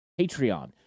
Patreon